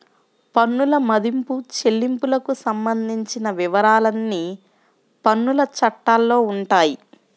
పన్నుల మదింపు, చెల్లింపులకు సంబంధించిన వివరాలన్నీ పన్నుల చట్టాల్లో ఉంటాయి